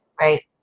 Right